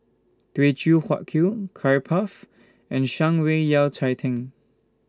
Teochew Huat Kuih Curry Puff and Shan Rui Yao Cai Tang